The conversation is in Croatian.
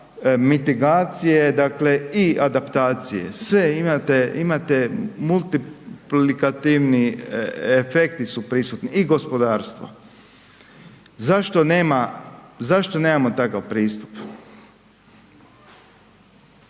mitigacije dakle i adaptacije, sve imate, imate multiplikativni efekti su prisutni i gospodarstvo. Zašto nema, zašto nemamo takav pristup?